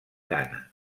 gana